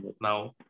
now